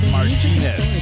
Martinez